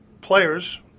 players